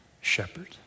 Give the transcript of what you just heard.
shepherd